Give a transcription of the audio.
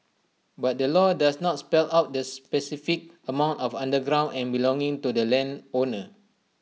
but the law does not spell out the specific amount of underground and belonging to the landowner